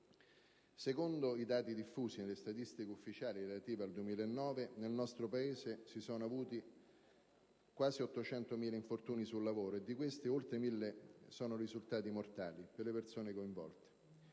Secondo i dati diffusi nelle statistiche ufficiali relative al 2009, nel nostro Paese si sono avuti quasi 800.000 infortuni sul lavoro e, di questi, oltre 1.000 sono risultati mortali per le persone coinvolte.